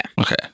Okay